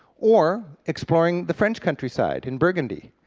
or exploring the french countryside in burgundy,